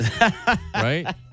right